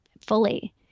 fully